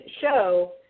show